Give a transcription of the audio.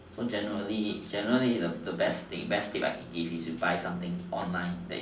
so generally generally the best the best tip I can give is you buy online